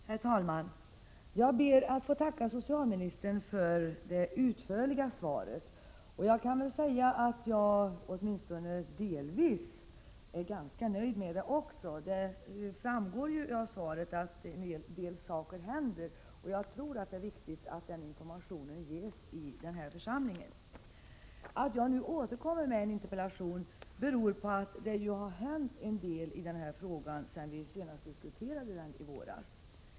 Herr talman! Jag ber att få tacka socialministern för det utförliga svaret. Jag är åtminstone delvis ganska nöjd med svaret. Det framgår av svaret att en del saker händer. Jag tror att det är viktigt att den informationen ges i denna församling. Att jag nu återkommer med en interpellation beror på att det har hänt en del i denna fråga sedan vi senast diskuterade den i våras.